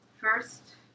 First